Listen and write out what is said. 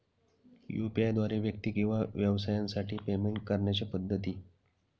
UPI द्वारे व्यक्ती किंवा व्यवसायांसाठी पेमेंट करण्याच्या पद्धती